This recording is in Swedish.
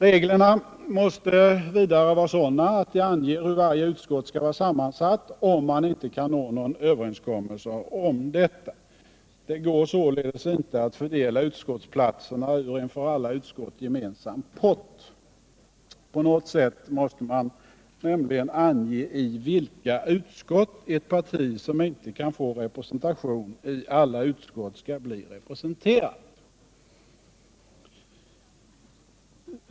Reglerna måste vidare vara sådana att de anger hur varje utskott skall vara sammansatt, om man inte kan träffa någon överenskommelse. Det går således inte att fördela utskottsplatserna ur en för alla utskott gemensam pott. På något sätt måste man nämligen ange i vilka utskott ett parti som inte kan få representation i alla utskott skall vara representerat.